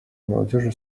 молодежи